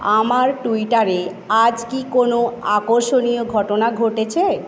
আমার টুইটারে আজ কি কোনও আকর্ষণীয় ঘটনা ঘটেছে